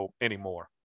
anymore